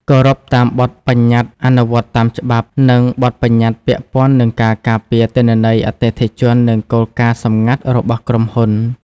គោរពតាមបទប្បញ្ញត្តិ អនុវត្តតាមច្បាប់ និងបទប្បញ្ញត្តិពាក់ព័ន្ធនឹងការការពារទិន្នន័យអតិថិជននិងគោលការណ៍សម្ងាត់របស់ក្រុមហ៊ុន។